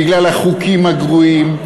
בגלל החוקים הגרועים,